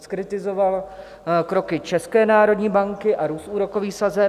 Zkritizoval kroky České národní banky a růst úrokových sazeb.